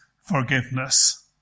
forgiveness